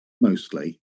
Mostly